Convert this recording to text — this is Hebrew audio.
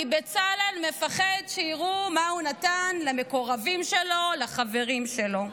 כי בצלאל מפחד שיראו מה הוא נתן למקורבים שלו ולחברים שלו.